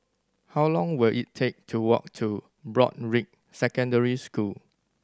how long will it take to walk to Broadrick Secondary School